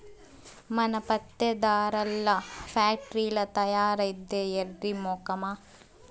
మన పత్తే దారాల్ల ఫాక్టరీల్ల తయారైద్దే ఎర్రి మొకమా